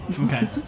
Okay